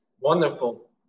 Wonderful